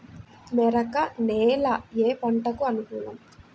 మెరక నేల ఏ పంటకు అనుకూలం?